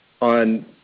on